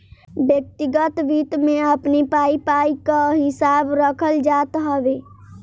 व्यक्तिगत वित्त में अपनी पाई पाई कअ हिसाब रखल जात हवे